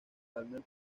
palmer